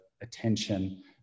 attention